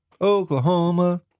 Oklahoma